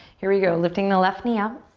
here we go. lifting the left knee up.